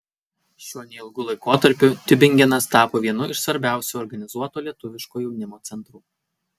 šiuo neilgu laikotarpiu tiubingenas tapo vienu iš svarbiausių organizuoto lietuviško jaunimo centrų